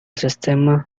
sistema